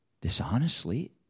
dishonestly